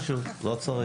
הישיבה ננעלה בשעה